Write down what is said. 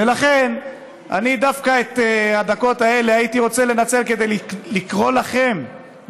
ולכן אני דווקא את הדקות האלה הייתי רוצה לנצל כדי לקרוא לכם,